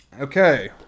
Okay